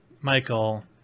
Michael